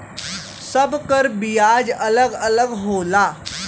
सब कर बियाज अलग अलग होला